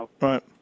right